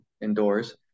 indoors